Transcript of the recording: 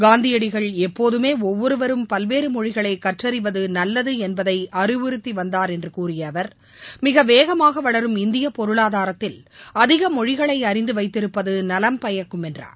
காந்தியடிகள் எப்போதமே ஒவ்வொரும் பல்வேறு மொழிகளை கற்றறிவது நல்லது என்பதை அறிவுறுத்திவந்தார் என்று கூறிய அவர் மிக வேகமாக வளரும் இந்திய பொருளாதாரத்தில் அதிக மொழிகளை அறிந்து வைத்திருப்பது நலம் பயக்கும் என்றார்